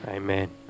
Amen